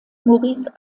maurice